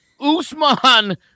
Usman